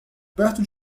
perto